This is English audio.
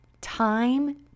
Time